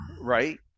right